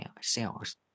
sales